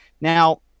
Now